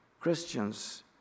Christians